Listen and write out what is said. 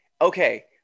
okay